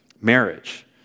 marriage